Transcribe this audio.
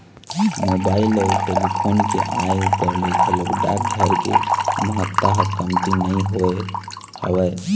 mobile अउ telephone के आय ऊपर ले घलोक डाकघर के महत्ता ह कमती नइ होय हवय